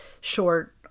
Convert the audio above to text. short